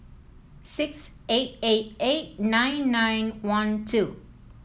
six eight eight eight nine nine one two